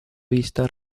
vista